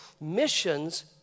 missions